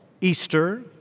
Easter